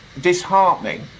disheartening